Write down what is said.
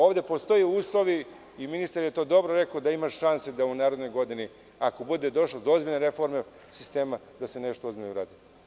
Ovde postoje uslovi i ministar je dobro rekao da ima šanse da u narednoj godini ako bude došlo do ozbiljne reforme sistema nešto ozbiljno uradi.